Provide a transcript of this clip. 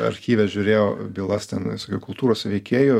archyve žiūrėjo bylas ten visokių kultūros veikėjų